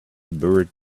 buried